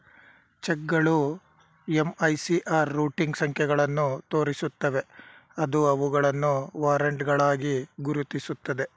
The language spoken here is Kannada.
ಚೆಕ್ಗಳು ಎಂ.ಐ.ಸಿ.ಆರ್ ರೂಟಿಂಗ್ ಸಂಖ್ಯೆಗಳನ್ನು ತೋರಿಸುತ್ತವೆ ಅದು ಅವುಗಳನ್ನು ವಾರೆಂಟ್ಗಳಾಗಿ ಗುರುತಿಸುತ್ತದೆ